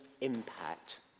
impact